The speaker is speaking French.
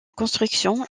construction